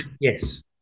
Yes